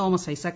Thomas Isaac